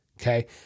okay